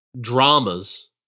dramas